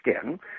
skin